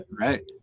Right